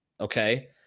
Okay